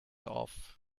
off